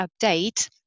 update